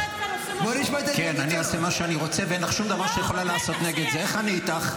אתה לא הפרעת לי כשדיברתי בשאילתה?